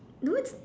no it's